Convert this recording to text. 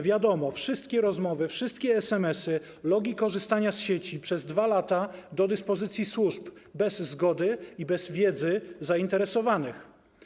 Wiadomo, wszystkie rozmowy, wszystkie SMS-y, logi korzystania z sieci przez 2 lata do dyspozycji służb bez zgody i bez wiedzy zainteresowanych.